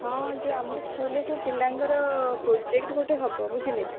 ହଁ ଯେଉଁ ଆମ ସ୍କୁଲରେ ସବୁ ପିଲାଙ୍କର ପ୍ରୋଜେକ୍ଟ ଗୋଟେ ହବ ବୁଝିଲେ